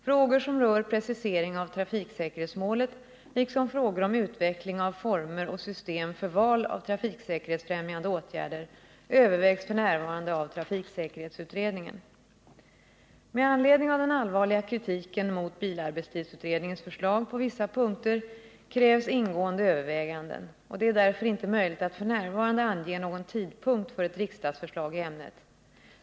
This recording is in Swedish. Frågor som rör precisering av trafiksäkerhetsmålet liksom frågor om utveckling av former och system för val av trafiksäkerhetsfrämjande åtgärder övervägs f. n. av trafiksäkerhetsutredningen . Med anledning av den allvarliga kritiken mot bilarbetstidsutredningens förslag på vissa punkter krävs ingående överväganden, och det är därför inte möjligt att f. n. ange någon tidpunkt för ett riksdagsförslag i ämnet.